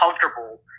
comfortable